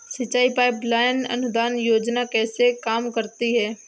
सिंचाई pipeline अनुदान योजना कैसे काम करती है?